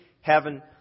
heaven